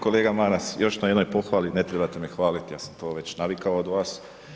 Kolega Maras još na jednoj pohvali, ne trebate me hvaliti ja sam to navikao već od vas.